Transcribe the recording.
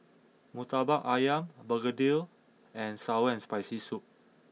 Murtabak Ayam Begedil and Sour and Spicy Soup